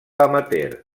amateur